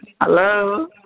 Hello